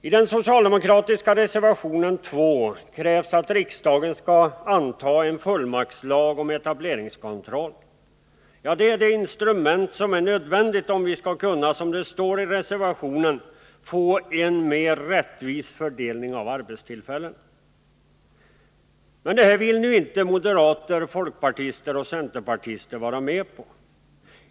I den socialdemokratiska reservationen 2 krävs att riksdagen skall anta en fullmaktslag om etableringskontroll. Det är det instrument som är nödvändigt, om vi skall, som det står i reservationen, kunna få en ”mer rättvis fördelning av arbetstillfällena”. Men det här vill nu inte moderater, folkpartister och centerpartister vara med på.